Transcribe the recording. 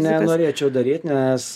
nenorėčiau daryt nes